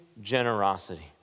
generosity